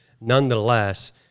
Nonetheless